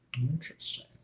Interesting